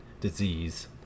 disease